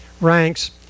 ranks